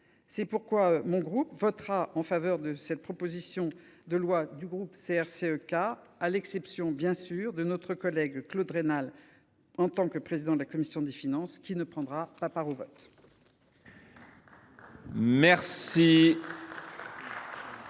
C’est pourquoi mon groupe votera en faveur de cette proposition de loi constitutionnelle du groupe CRCE K, à l’exception, bien sûr, de notre collègue Claude Raynal, qui, en tant que président de la commission des finances, ne prendra pas part au vote.